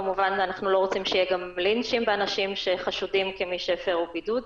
אנחנו כמובן לא רוצים שיהיו גם לינצ'ים באנשים שחשודים כמי שהפרו בידוד.